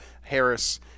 Harris